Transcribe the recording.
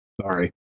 Sorry